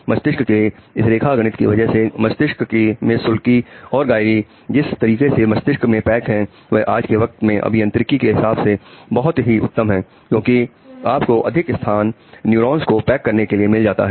मस्तिष्क के इस रेखा गणित की वजह से मस्तिष्क में सुलकी जिस तरीके से मस्तिष्क में पैक हैं वह आज के वक्त में अभियंत्रिकी के हिसाब से बहुत ही उत्तम है क्योंकि आपको अधिक स्थान न्यूरॉन्स को पैक करने के लिए मिल जाता है